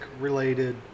related